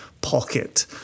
pocket